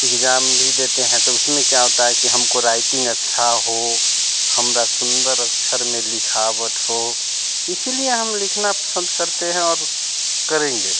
exam भी देते हैं तो उसमें क्या होता है कि हमको राइटिंग अच्छी हो हमारी सुन्दर अक्षर में लिखावट हो इसलिए हम लिखना पसन्द करते हैं और करेंगे